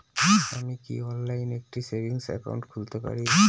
আমি কি অনলাইন একটি সেভিংস একাউন্ট খুলতে পারি?